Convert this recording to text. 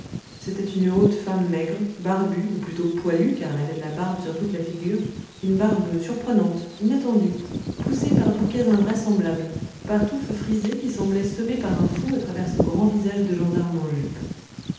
c'était une haute femme maigre barbue ou plutôt poilue car elle avait de la barbe sur toute la figure une barbe surprenante inattendue poussée par bouquets invraisemblables par touffes frisées qui semblaient semées par un fou à travers ce grand visage de gendarme en jupes